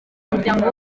muryango